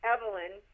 Evelyn